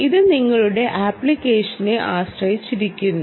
ഇത് നിങ്ങളുടെ അപ്ലിക്കേഷനെ ആശ്രയിച്ചിരിക്കുന്നു